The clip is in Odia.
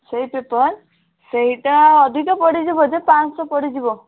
ସେଇ ପେପର୍ ସେଇଟା ଅଧିକ ପଡ଼ିଯିବ ଯେ ପାଞ୍ଚଶହ ପଡ଼ିଯିବ